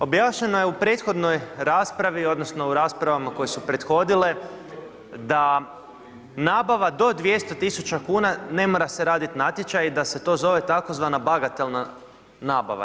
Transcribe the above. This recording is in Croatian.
Objašnjeno je u prethodnoj raspravi, odnosno, u raspravama koje su prethodile, da nabava do 200 tisuća kuna ne mora se raditi natječaj i da se to zove tzv. bagatelna nabava.